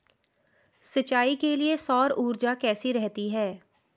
सिंचाई के लिए सौर ऊर्जा कैसी रहती है?